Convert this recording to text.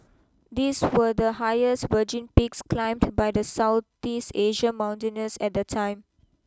these were the highest virgin peaks climbed by the Southeast Asian mountaineers at the time